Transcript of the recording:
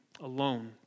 alone